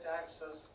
access